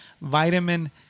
vitamin